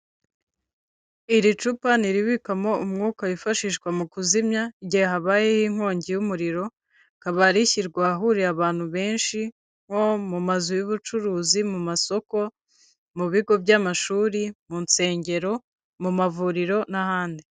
Iri cupa ni iribikamo umwuka wifashishwa mu kuzimya, igihe habayeho inkongi y'umuriro, rikaba rishyirwa ahahuriye abantu benshi, nko mu mazu y'ubucuruzi, mu masoko, mu bigo by'amashuri, mu nsengero, mu mavuriro n'ahandi.